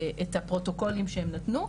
הפרוטוקולים שהן נתנו,